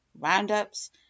round-ups